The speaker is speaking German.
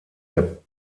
der